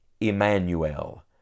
Emmanuel